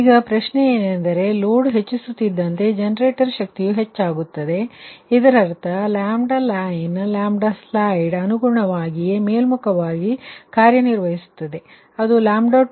ಈಗ ಪ್ರಶ್ನೆಯೆಂದರೆ ಲೋಡ್ ಹೆಚ್ಚಿಸುತ್ತಿದ್ದ್ದಂತೆ ಜನರೇಟರ್ ಶಕ್ತಿಯು ಹೆಚ್ಚಾಗುತ್ತದೆ ಎಂದು ನೀವು ಭಾವಿಸುತ್ತೀರಿ ಇದರರ್ಥ ಈ λ ಲೈನ್ λ ಸ್ಲೈಡ್ ಗೆ ಅನುಗುಣವಾಗಿಯೇ ಕಾರ್ಯನಿರ್ವಹಿಸುತ್ತವೆ ಇದನ್ನು ಮೇಲ್ಮುಖವಾಗಿ ಚಲಿಸಬೇಕು